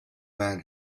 man